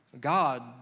God